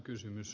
kallilta